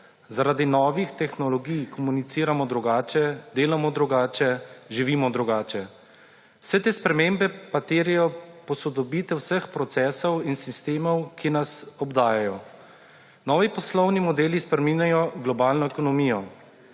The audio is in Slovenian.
zaradi novih tehnologij komuniciramo drugače, delamo drugače, živimo drugače. Vse te spremembe pa terjajo posodobitev vseh procesov in sistemov, ki nas obdajajo. Novi poslovni modeli spreminjajo globalno ekonomijo.